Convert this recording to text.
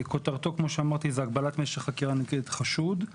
כותרתו זה הגבלת משך חקירה נגד חשוד.